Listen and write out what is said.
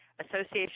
Association